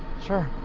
sure.